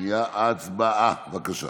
הצבעה, בבקשה.